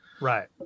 Right